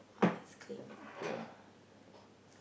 uh exclaiming